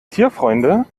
tierfreunde